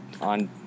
on